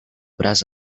braç